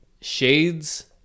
Shades